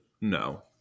no